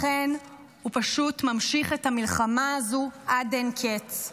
לכן הוא פשוט ממשיך את המלחמה הזו עד אין קץ.